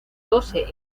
doce